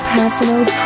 Personal